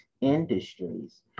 industries